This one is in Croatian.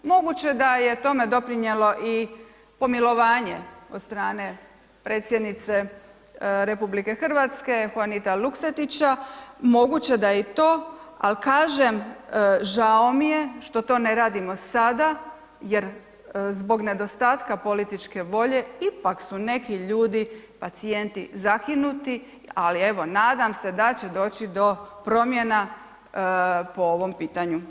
Moguće da je tome doprinijelo pomilovanje od strane predsjednice RH Huanita Luksetića, moguće da je i to, ali kažem žao mi je što to ne radimo sada jer zbog nedostatka političke volje ipak su neki ljudi pacijenti zakinuti, ali evo nadam se da će doći do promjena po ovom pitanju.